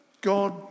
God